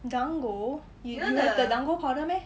dango you have the dango powder meh